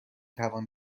توان